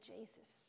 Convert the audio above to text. Jesus